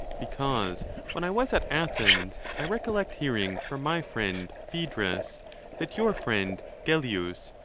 because when i was at athens, i recollect hear ing from my friend phsedrus that your friend gellius,